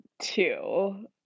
two